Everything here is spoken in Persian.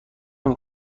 نمی